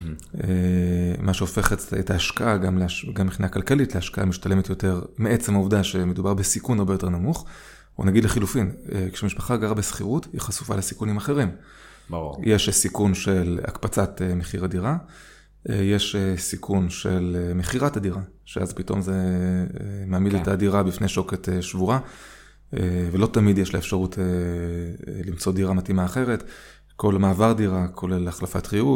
מה שהופך את ההשקעה, גם מבחינה כלכלית להשקעה משתלמת יותר, מעצם העובדה שמדובר בסיכון הרבה יותר נמוך. או נגיד לחילופין, כשמשפחה גרה בשכירות, היא חשופה לסיכונים אחרים. ברור. יש סיכון של הקפצת מחיר הדירה, יש סיכון של מכירת הדירה, שאז פתאום זה מעמיד את הדירה בפני שוקת שבורה, ולא תמיד יש לה אפשרות למצוא דירה מתאימה אחרת. כל מעבר דירה כולל החלפת ריהוט.